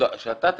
שאתה תציע,